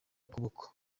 ukuboko